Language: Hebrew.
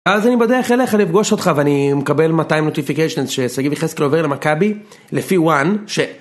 אז אני בדרך אליך לפגוש אותך ואני מקבל 200 נוטיפיקיישנס ששגיב יחזקאל עובר למאבי לפי ואן ש...